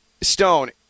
stone